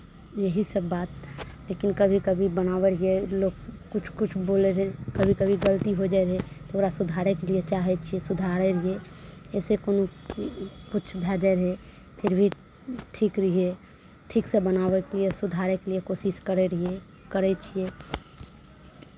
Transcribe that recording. यहीसभ बात लेकिन कभी कभी बनाबै रहियै लोक किछु किछु बोलै रहै कभी कभी गलती हो जाइ रहै ओकरा सुधारैके लिए चाहै छियै सुधारै रहियै ओहिसँ कोनो किछु भए जाइ रहै फिर भी ठीक रहियै ठीकसँ बनाबैके लिए सुधारैके लिए कोशिश करै रहियै करै छियै